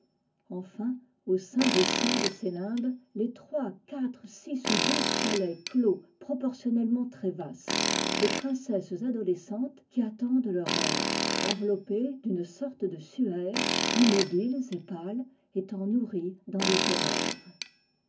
enfin au saint des saints de ces limbes les trois quatre six ou douze palais clos proportionnellement très vastes des princesses adolescentes qui attendent leur heure enveloppées d'une sorte de suaire immobiles et pâles étant nourries dans les ténèbres